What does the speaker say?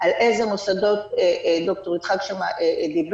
על איזה מוסדות ד"ר יצחק שם דיבר,